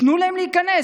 תנו להם להיכנס.